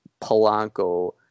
Polanco